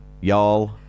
Y'all